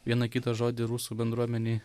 vieną kitą žodį rusų bendruomenei